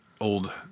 old